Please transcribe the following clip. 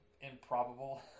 improbable